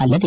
ಅಲ್ಲದೆ